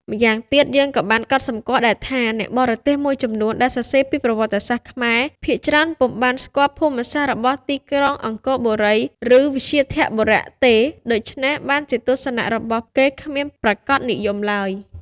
ម្យ៉ាងទៀតយើងក៏បានកត់សម្គាល់ដែរថា អ្នកបរទេសមួយចំនួនដែលសរសេរពីប្រវត្តិសាស្ត្រខ្មែរ ភាគច្រើនពុំបានស្គាល់ភូមិ សាស្ត្ររបស់ទីក្រុងអង្គរបូរី ឬ វ្យាធបុរៈ ទេ ដូច្នេះបានជាទស្សនៈរបស់ គេគ្មានប្រាកដនិយមឡើយ ។